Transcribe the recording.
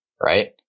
Right